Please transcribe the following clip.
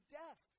death